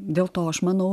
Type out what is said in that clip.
dėl to aš manau